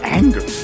anger